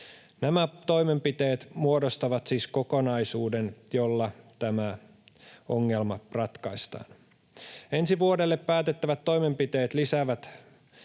Nämä toimenpiteet muodostavat siis kokonaisuuden, jolla tämä ongelma ratkaistaan. Ensi vuodelle päätettävät toimenpiteet lisäävät